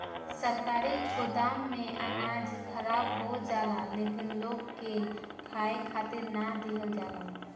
सरकारी गोदाम में अनाज खराब हो जाला लेकिन लोग के खाए खातिर ना दिहल जाला